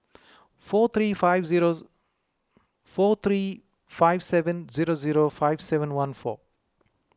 four three five zero four three five seven zero zero five seven one four